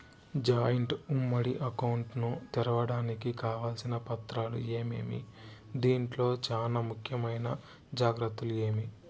Joint ఉమ్మడి account ను తెరవడానికి కావాల్సిన పత్రాలు ఏమేమి? దీంట్లో చానా ముఖ్యమైన జాగ్రత్తలు ఏమి?